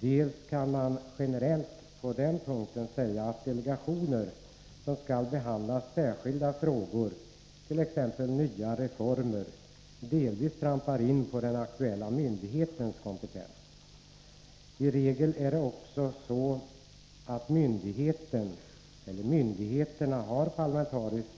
På den punkten kan man generellt säga att delegationer som skall behandla särskilda frågor, t.ex. nya reformer, delvis trampar in på den aktuella myndighetens kompetensområde. I regel är också myndigheten parlamentariskt